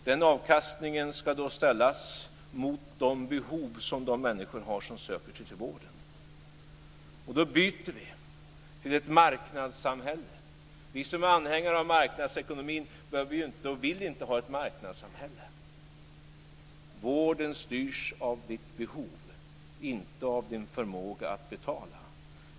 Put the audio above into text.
Den avkastningen ska då ställas mot de behov som de människor har som söker sig till vården. Då byter vi till ett marknadssamhälle. Vi som är anhängare av marknadsekonomin behöver inte vara för och vill inte ha ett marknadssamhälle. Vården styrs av ditt behov, inte av din förmåga att betala.